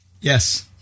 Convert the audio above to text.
Yes